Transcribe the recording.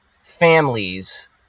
Families